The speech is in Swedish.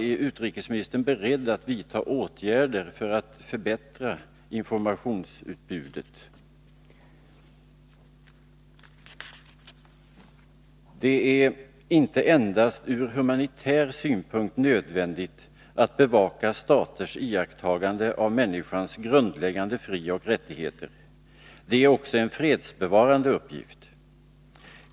Är utrikesministern i så fall beredd att vidta åtgärder för att förbättra informationsutbudet? Det är icke endast ur humanitär synpunkt nödvändigt att bevaka staters iakttagande av människans grundläggande frioch rättigheter. Det är också en fredsbevarande uppgift.